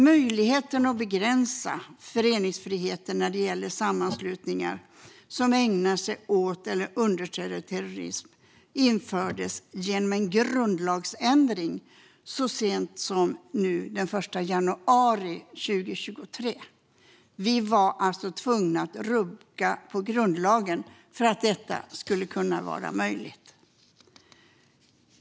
Möjligheten att begränsa föreningsfriheten när det gäller sammanslutningar som ägnar sig åt eller understöder terrorism infördes genom en grundlagsändring så sent som den 1 januari 2023. Vi var alltså tvungna att rucka på grundlagen för att detta skulle kunna vara möjligt.